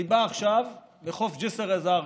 אני בא עכשיו מחוף ג'יסר א-זרקא,